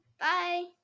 Bye